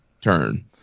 turn